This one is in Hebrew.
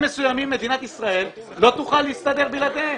מסוימים מדינת ישראל לא תוכל להסתדר בלעדיהם.